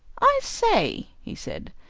i say, he said,